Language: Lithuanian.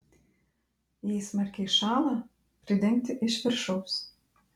jei smarkiai šąla pridengti iš viršaus